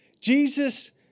Jesus